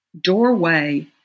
doorway